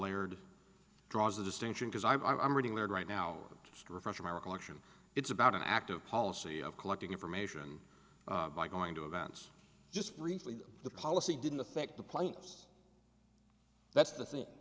layered draws a distinction because i'm reading there right now just refresh my recollection it's about an active policy of collecting information by going to events just briefly the policy didn't affect the plaintiffs that's the thing